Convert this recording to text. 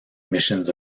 missions